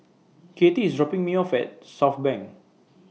Kattie IS dropping Me off At Southbank